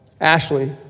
Ashley